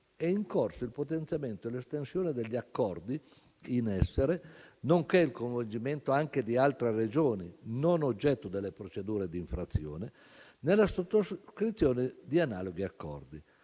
è in corso il potenziamento e l'estensione degli accordi in essere, nonché il coinvolgimento anche di altre Regioni non oggetto delle procedure di infrazione nella sottoscrizione di analoghi accordi.